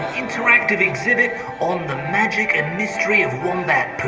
interactive exhibit on the magic and mystery of wombat poop.